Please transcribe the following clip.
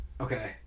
Okay